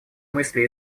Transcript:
мысли